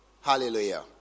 Hallelujah